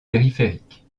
périphériques